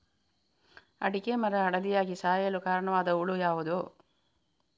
ಅಡಿಕೆ ಮರ ಹಳದಿಯಾಗಿ ಸಾಯಲು ಕಾರಣವಾದ ಹುಳು ಯಾವುದು?